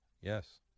Yes